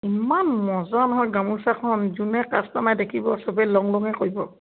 ইমান মজা নহয় গামোচাখন যোনে কাষ্টমাৰে দেখিব চবেই লং লঙেই কৰিব